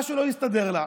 משהו לא הסתדר לה.